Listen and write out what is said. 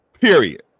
period